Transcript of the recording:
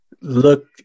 look